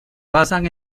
basan